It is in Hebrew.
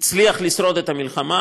הוא הצליח לשרוד במלחמה,